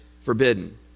forbidden